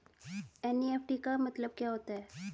NEFT का मतलब क्या होता है?